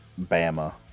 Bama